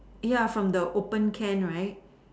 ya from the opened can right